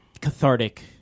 cathartic